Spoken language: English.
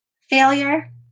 Failure